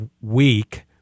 week